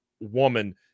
woman